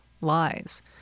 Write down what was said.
lies